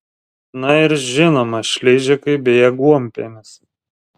na ir žinoma šližikai bei aguonpienis